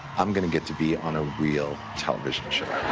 um going to get to be on a real television show.